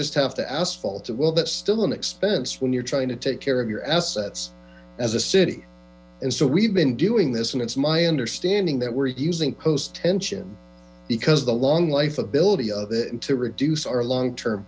just have to ask it well that's still an expense when you're trying to take care of your assets as a city and so we've been doing this and it's my understanding that we're using post tension because the long life ability of it to reduce our long term